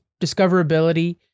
discoverability